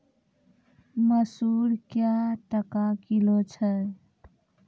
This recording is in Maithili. मसूर क्या टका किलो छ?